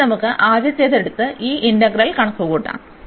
അതിനാൽ നമുക്ക് ആദ്യത്തേത് എടുത്ത് ഈ ഇന്റഗ്രൽ കണക്കുകൂട്ടാം